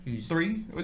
Three